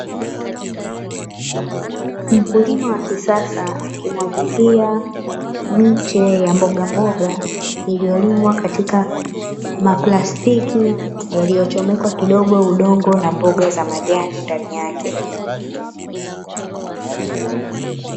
Mkulima wa kisasa akimwagilia miche ya mbogamboga, iliyolimwa katika maplastiki, yaliyochomekwa kidogo udongo na mboga za majani ndani yake.